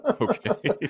Okay